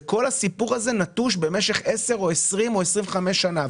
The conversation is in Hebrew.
אבל הם נטושים במשך 10,20 או 25 שנה.